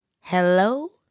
Hello